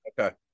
Okay